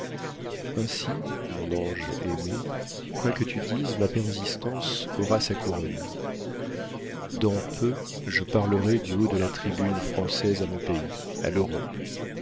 ainsi mon ange aimé quoi que tu dises ma persistance aura sa couronne dans peu je parlerai du haut de la tribune française à mon pays à l'europe